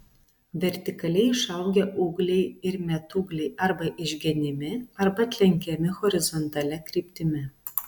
vertikaliai išaugę ūgliai ir metūgliai arba išgenimi arba atlenkiami horizontalia kryptimi